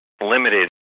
limited